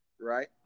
Right